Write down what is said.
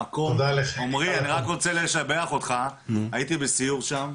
עומרי אני רק רוצה לשבח אותך, הייתי בסיור שם,